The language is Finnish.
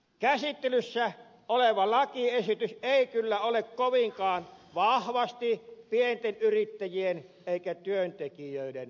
käsittelyssä oleva lakiesitys ei kyllä ole kovinkaan vahvasti pienten yrittäjien eikä työntekijöiden puolella